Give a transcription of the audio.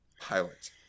pilot